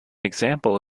example